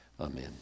Amen